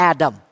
Adam